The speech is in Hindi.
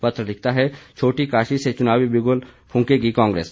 पत्र लिखता है छोटी काशी से चुनावी बिगुल फूंकेगी कांग्रेस